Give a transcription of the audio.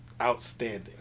outstanding